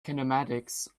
kinematics